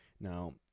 Now